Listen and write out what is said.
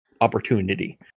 opportunity